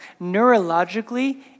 neurologically